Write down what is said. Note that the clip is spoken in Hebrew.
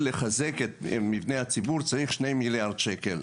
לחזק את מבני הציבור צריך 2 מיליארד שקל.